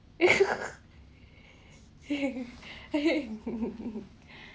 !hey! !hey!